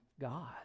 god